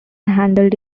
handled